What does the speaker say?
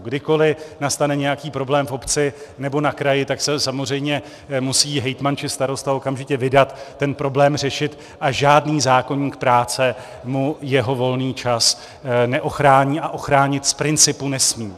Kdykoliv nastane nějaký problém v obci nebo na kraji, tak se samozřejmě musí hejtman či starosta okamžitě vydat ten problém řešit a žádný zákoník práce mu jeho volný čas neochrání a ochránit z principu nesmí.